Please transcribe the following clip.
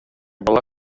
бала